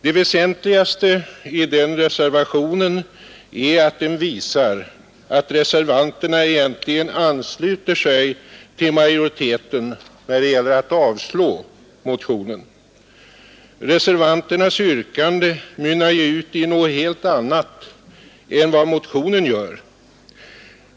Det väsentligaste i den reservationen är att den visar att reservanterna egentligen ansluter sig till majoriteten när det gäller att avslå motionen. Reservanternas yrkande mynnar ju ut i något helt annat än vad motionen gör.